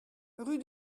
rue